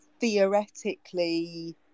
theoretically